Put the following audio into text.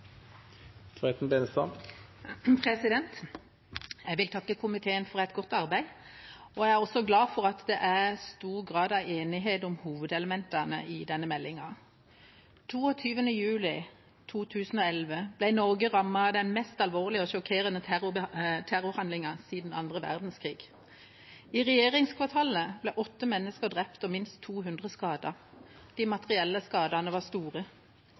også glad for at det er stor grad av enighet om hovedelementene i denne meldinga. 22. juli 2011 ble Norge rammet av den mest alvorlige og sjokkerende terrorhandlingen siden annen verdenskrig. I regjeringskvartalet ble åtte mennesker drept og minst 200 skadet. De materielle skadene var store.